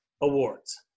awards